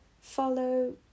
Follow